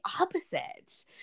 opposite